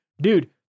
Dude